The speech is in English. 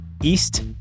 East